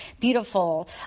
beautiful